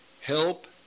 help